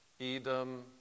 Edom